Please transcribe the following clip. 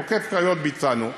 את עוקף-קריות ביצענו,